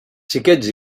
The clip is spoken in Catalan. xiquets